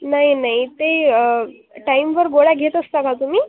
नाही नाही ते टाईमवर गोळ्या घेत असता का तुम्ही